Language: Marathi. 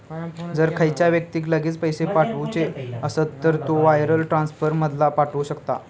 जर खयच्या व्यक्तिक लगेच पैशे पाठवुचे असत तर तो वायर ट्रांसफर मधना पाठवु शकता